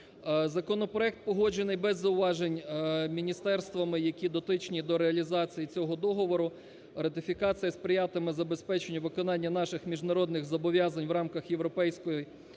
Законопроект погоджений без зауважень міністерствами, які дотичні до реалізації цього договору. Ратифікація сприятиме забезпеченню виконання наших міжнародних зобов'язань в рамках Європейської